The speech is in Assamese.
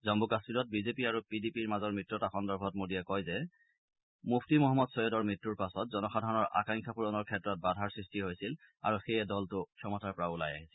জম্ম কাশ্মীৰত বিজেপি আৰু পিডিপিৰ মাজৰ মিত্ৰতা সন্দৰ্ভত শ্ৰীমোডীয়ে কয় মূফ্টি মহম্মদ ছৈয়দৰ মৃত্যুৰ পাছত জনসাধাৰণৰ আকাংক্ষা পূৰণৰ ক্ষেত্ৰত বাধাৰ সৃষ্টি হৈছিল আৰু সেয়েহে দলটোৰ ক্ষমতাৰ পৰা ওলাই আহিছিল